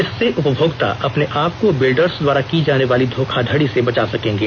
इससे उपभोक्ता अपने आप को बिल्डर्स द्वारा की जाने वाली धोखाधड़ी से बचा सकेंगे